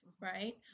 right